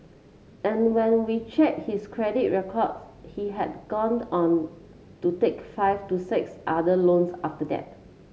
and when we checked his credit records he had gone on to take five to six other loans after that